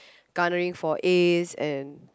garnering for As and